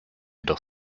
noch